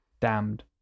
damned